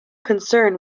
concern